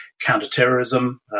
counterterrorism